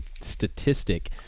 statistic